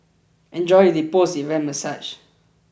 enjoy the post event massage